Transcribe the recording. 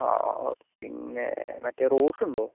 ആ പിന്നെ മറ്റെ റോസ് ഉണ്ടോ